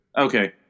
Okay